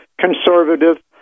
conservative